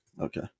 okay